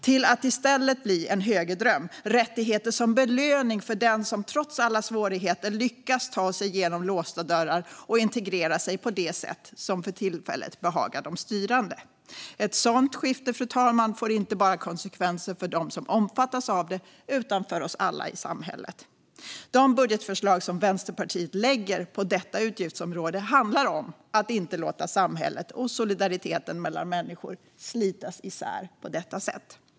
Nu har synen i stället blivit en högerdröm: rättigheter som belöning för den som trots alla svårigheter lyckas ta sig genom låsta dörrar och integrera sig på det sätt som för tillfället behagar de styrande. Ett sådant skifte får konsekvenser inte bara för dem som omfattas av det, fru talman, utan för oss alla i samhället. De budgetförslag som Vänsterpartiet lägger fram på detta utgiftsområde handlar om att inte låta samhället och solidariteten mellan människor slitas isär på detta sätt.